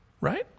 Right